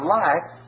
life